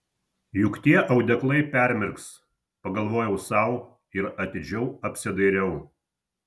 juk tie audeklai permirks pagalvojau sau ir atidžiau apsidairiau